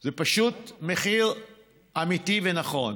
וזה פשוט מחיר אמיתי ונכון,